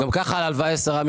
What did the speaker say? גם כך ההלוואה היא 10 מיליון דולר.